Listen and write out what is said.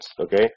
okay